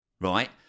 right